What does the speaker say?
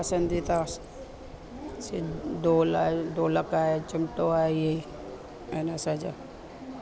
पसंदीदा ढोल ढोलक आहे चिमटो आहे इहे आहिनि असांजा